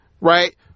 right